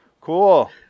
Cool